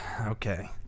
okay